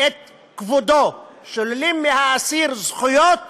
את כבודו, שוללים מהאסיר זכויות